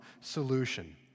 solution